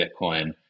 Bitcoin